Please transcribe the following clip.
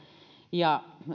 ja